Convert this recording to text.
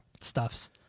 stuffs